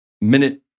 minute